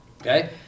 okay